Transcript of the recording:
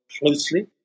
closely